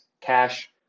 cash